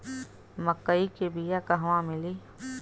मक्कई के बिया क़हवा मिली?